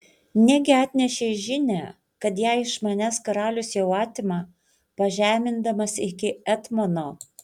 negi atnešei žinią kad ją iš manęs karalius jau atima pažemindamas iki etmono